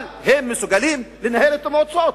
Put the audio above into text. הם מסוגלים לנהל את המועצות.